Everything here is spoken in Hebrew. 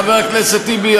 חבר הכנסת טיבי,